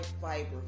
fiber